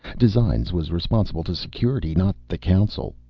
designs was responsible to security, not the council.